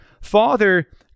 Father